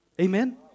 Amen